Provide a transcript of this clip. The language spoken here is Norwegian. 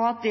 og at